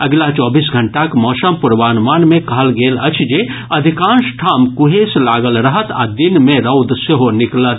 अगिला चौबीस घंटाक मौसम पूर्वानुमान मे कहल गेल अछि जे अधिकांश ठाम कुहेस लागल रहत आ दिन मे रौद सेहो निकलत